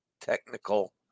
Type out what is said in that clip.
technical